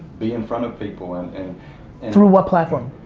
be in front of people and. and and through what platform?